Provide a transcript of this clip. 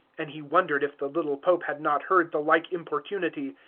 and he wondered if the little pope had not heard the like importunity,